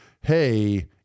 hey